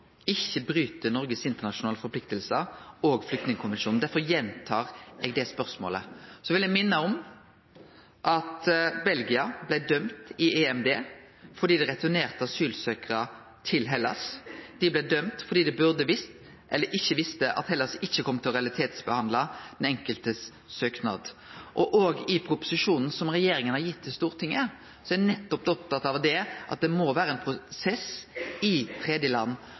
Flyktningkonvensjonen. Derfor gjentar eg det spørsmålet. Så vil eg minne om at Belgia blei dømt i EMD fordi landet returnerte asylsøkjarar til Hellas. Dei blei dømde fordi dei burde visst eller ikkje visste at Hellas ikkje kom til å realitetsbehandle den enkeltes søknad. I proposisjonen som regjeringa har gitt til Stortinget, er ein nettopp opptatt av at det må vere ein prosess i